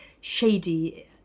shady